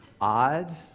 odd